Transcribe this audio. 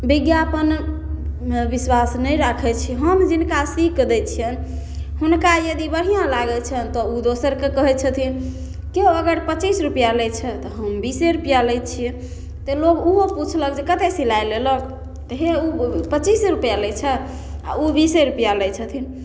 विज्ञापनमे विश्वास नहि राखै छी हम जिनका सीकऽ दै छिअनि हुनका जदि बढ़िआँ लागै छनि तऽ ओ दोसरके कहै छथिन केओ अगर पचीस रुपैआ लै छै तऽ हम बीसे रुपैआ लै छिए तऽ लोक ओहो पुछलक जे कतेक सिलाइ लेलक तऽ हे ओ पचीस रुपैआ लै छै आओर ओ बीसे रुपैआ लै छथिन